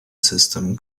system